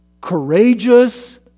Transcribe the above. courageous